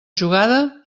jugada